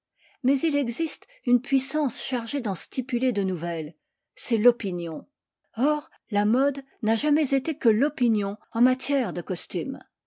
mais il existe une puissance chargée d'en stipuler de nouvelles c'est l'opinion or la mode n'a jamais été que l'opinion en matière de costume